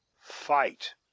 fight